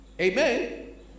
Amen